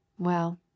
Well